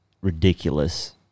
ridiculous